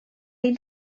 ein